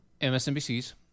MSNBC's